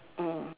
mm